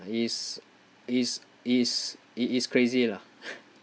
it's it's it's it is crazy lah